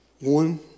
One